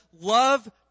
love